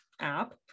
app